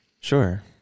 Sure